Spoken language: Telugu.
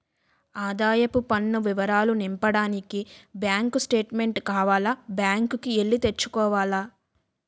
ఆదాయపు పన్ను వివరాలు నింపడానికి బ్యాంకు స్టేట్మెంటు కావాల బ్యాంకు కి ఎల్లి తెచ్చుకోవాల